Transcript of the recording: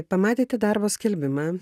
pamatėte darbo skelbimą